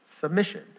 submission